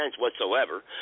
whatsoever